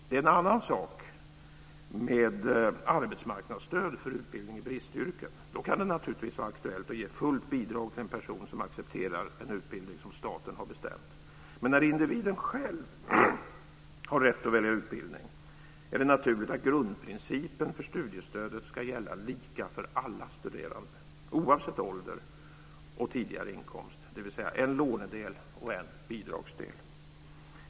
Det är en annan sak med arbetsmarknadsstöd för utbildning i bristyrken. Det kan naturligtvis vara aktuellt att ge fullt bidrag till en person som accepterar en utbildning som staten har bestämt. Men när individen själv har rätt att välja utbildning är det naturligt att grundprincipen för studiestödet ska gälla lika för alla studerande, oavsett ålder och tidigare inkomst, dvs. en lånedel och en bidragsdel.